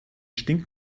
stinkt